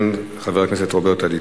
לאחר מכן, חבר הכנסת רוברט אילטוב.